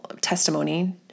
testimony